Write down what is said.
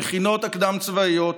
המכינות הקדם-צבאיות,